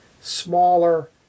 smaller